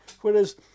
Whereas